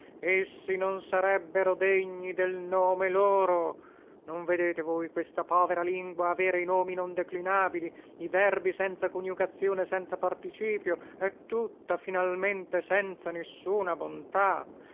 essi non sarebbero degni del nome loro non vedete voi questa povera lingua avere i nomi non declinabili i verbi senza coniugazione e senza participio e tutta finalmente senza nissuna bontà